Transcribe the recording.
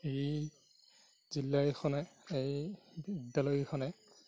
এই জিলাকেইখনে এই বিদ্যালয় কেইখনে